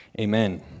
amen